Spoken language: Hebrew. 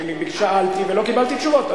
שאלתי ולא קיבלתי תשובות.